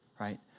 right